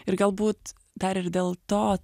ir galbūt dar ir dėl to